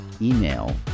email